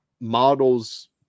models